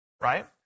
right